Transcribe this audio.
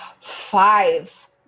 five